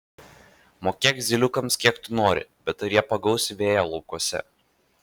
mokėk zyliukams kiek tik nori bet ar jie pagaus vėją laukuose